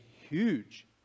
huge